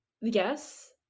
yes